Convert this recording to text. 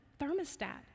thermostat